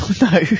No